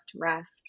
rest